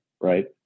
Right